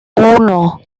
uno